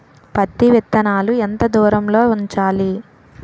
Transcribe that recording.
పత్తి విత్తనాలు ఎంత దూరంలో ఉంచాలి?